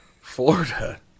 Florida